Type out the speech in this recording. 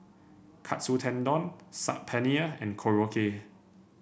Katsu Tendon Saag Paneer and Korokke